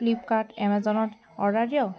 Flipkart এমাজনত order দিয়ক